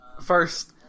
first